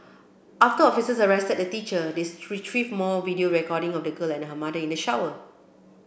after officers arrested the teacher they more video recording of the girl and her mother in the shower